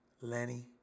Lenny